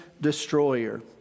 destroyer